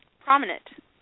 prominent